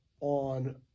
on